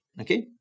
Okay